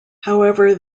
however